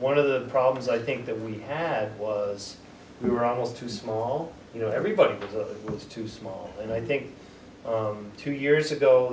one of the problems i think that we had was we were almost too small you know everybody was too small and i think two years ago